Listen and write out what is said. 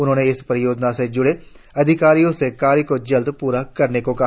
उन्होंने इस परियोजना से ज्ड़े अधिकारियों से कार्य को जल्द प्रा करने को कहा